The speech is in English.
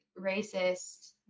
racist